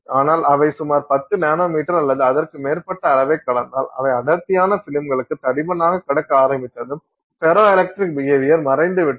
ஆனால் அவை சுமார் 10 நானோமீட்டர் அல்லது அதற்கு மேற்பட்ட அளவைக் கடந்தால் அவை அடர்த்தியான பிலிம்களுக்கு தடிமனாக கடக்க ஆரம்பித்ததும் ஃபெரோ எலக்ட்ரிக் பிஹேவியர் மறைந்துவிட்டது